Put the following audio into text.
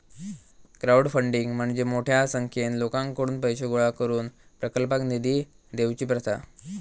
crowdfunding म्हणजे मोठ्या संख्येन लोकांकडुन पैशे गोळा करून प्रकल्पाक निधी देवची प्रथा